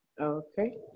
Okay